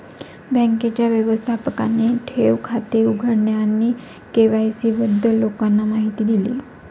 बँकेच्या व्यवस्थापकाने ठेव खाते उघडणे आणि के.वाय.सी बद्दल लोकांना माहिती दिली